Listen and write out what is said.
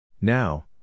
Now